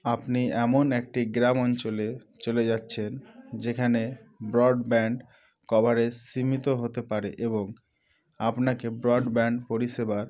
আপনি এমন একটি গ্রাম অঞ্চলে চলে যাচ্ছেন যেখানে ব্রডব্যান্ড কভারেজ সীমিত হতে পারে এবং আপনাকে ব্রডব্যান্ড পরিষেবার